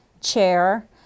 chair